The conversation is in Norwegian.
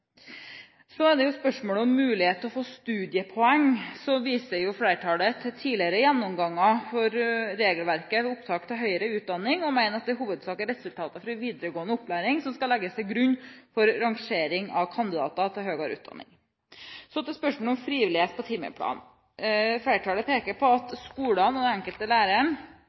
det gjelder spørsmålet om mulighet til studiepoeng, viser flertallet til tidligere gjennomganger av regelverket for opptak til høyere utdanning og mener at det i hovedsak er resultatet fra videregående opplæring som skal legges til grunn for en rangering av kandidater til høyere utdanning. Så til spørsmålet om frivillighet på timeplanen. Flertallet peker på at skolen og den enkelte læreren